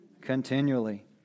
continually